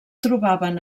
trobaven